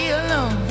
alone